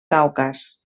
caucas